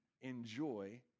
enjoy